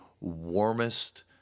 warmest